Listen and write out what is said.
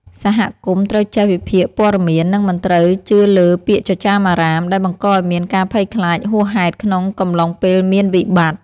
សហគមន៍ត្រូវចេះវិភាគព័ត៌មាន និងមិនត្រូវជឿលើពាក្យចចាមអារ៉ាមដែលបង្កឱ្យមានការភ័យខ្លាចហួសហេតុក្នុងកំឡុងពេលមានវិបត្តិ។